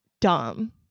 dumb